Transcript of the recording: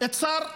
את שר האוצר.